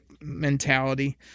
mentality